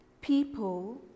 People